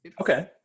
Okay